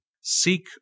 Seek